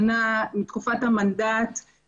את מדברת גם מה ההליך.